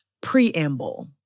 preamble